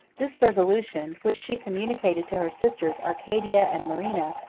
this resolution, which she communicated to her sisters arcadia and marina,